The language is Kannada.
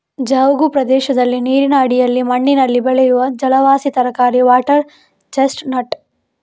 ಜವುಗು ಪ್ರದೇಶದಲ್ಲಿ ನೀರಿನ ಅಡಿಯಲ್ಲಿ ಮಣ್ಣಿನಲ್ಲಿ ಬೆಳೆಯುವ ಜಲವಾಸಿ ತರಕಾರಿ ವಾಟರ್ ಚೆಸ್ಟ್ ನಟ್